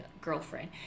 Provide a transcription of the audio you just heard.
girlfriend